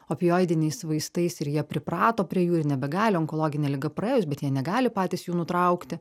opioidiniais vaistais ir jie priprato prie jų ir nebegali onkologine liga praėjus bet jie negali patys jų nutraukti